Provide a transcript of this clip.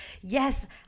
yes